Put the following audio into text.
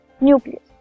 nucleus